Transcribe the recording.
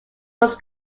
was